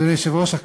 אדוני היושב-ראש,